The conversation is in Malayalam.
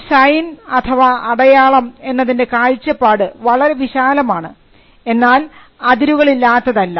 ഒരു സൈൻ അഥവാ അടയാളം എന്നതിൻറെ കാഴ്ചപ്പാട് വളരെ വിശാലമാണ് എന്നാൽ അതിരുകളില്ലാത്തതല്ല